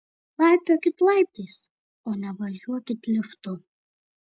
laipiokit laiptais o ne važiuokit liftu